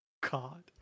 God